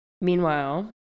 Meanwhile